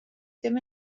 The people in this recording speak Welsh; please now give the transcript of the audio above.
ddim